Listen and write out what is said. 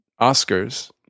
Oscars